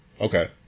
Okay